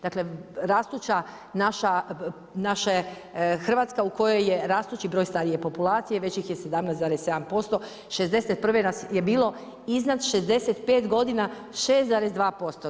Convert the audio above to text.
Dakle rastuća naša Hrvatska u kojoj je rastući broj starije populacije već ih je 17,7% '61. nas je bilo iznad 65 godina 6,2%